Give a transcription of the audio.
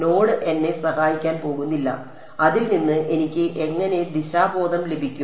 node എന്നെ സഹായിക്കാൻ പോകുന്നില്ല അതിൽ നിന്ന് എനിക്ക് എങ്ങനെ ദിശാബോധം ലഭിക്കും